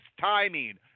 timing